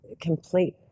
complete